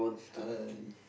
is halal already